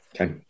Okay